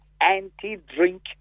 anti-drink